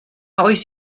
oes